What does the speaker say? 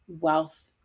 wealth